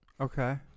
okay